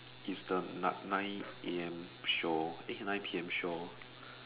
its the nine nine A_M show eh nine P_M show